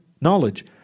knowledge